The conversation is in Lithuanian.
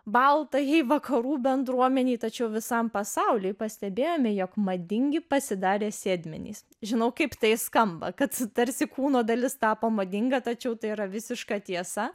baltajai vakarų bendruomenei tačiau visam pasauliui pastebėjome jog madingi pasidarė sėdmenys žinau kaip tai skamba kad tarsi kūno dalis tapo madinga tačiau tai yra visiška tiesa